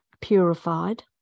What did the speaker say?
purified